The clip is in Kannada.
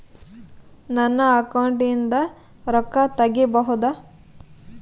ನನ್ನ ಅಕೌಂಟಿಂದ ರೊಕ್ಕ ತಗಿಬಹುದಾ?